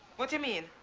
what do you mean?